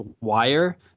wire